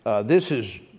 this is